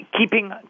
keeping